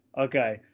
Okay